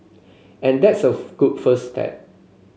and that's a good first step